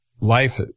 life